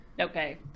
Okay